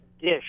DISH